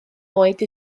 oed